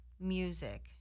music